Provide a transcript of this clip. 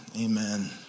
Amen